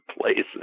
places